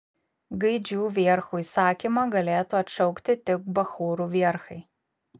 gaidžių vierchų įsakymą galėtų atšaukti tik bachūrų vierchai